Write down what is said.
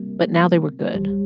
but now they were good